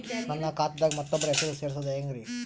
ನನ್ನ ಖಾತಾ ದಾಗ ಮತ್ತೋಬ್ರ ಹೆಸರು ಸೆರಸದು ಹೆಂಗ್ರಿ?